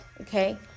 okay